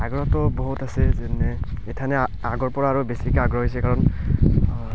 আগ্ৰহটো বহুত আছে যেনে এথানে আগৰপৰা আৰু বেছিকে আগ্ৰহ হৈছে কাৰণ